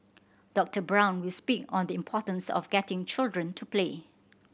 Doctor Brown will speak on the importance of getting children to play